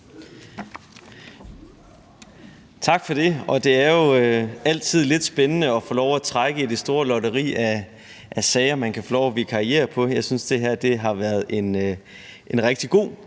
Tak for det. Det er jo altid lidt spændende at få lov at trække i det store lotteri af sager, man kan få lov at vikariere på. Jeg synes, det har været en rigtig god